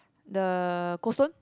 the Coldstone